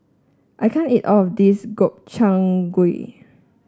I can't eat all of this Gobchang Gui